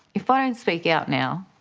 if i don't and speak out now,